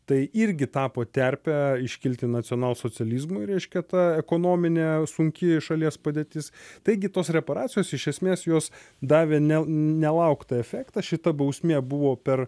tai irgi tapo terpe iškilti nacionalsocializmui reiškia ta ekonominė sunki šalies padėtis taigi tos reparacijos iš esmės jos davė ne nelauktą efektą šita bausmė buvo per